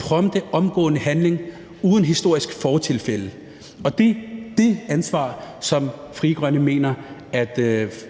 prompte, omgående handling uden historisk fortilfælde. Og det er det ansvar, som Frie Grønne mener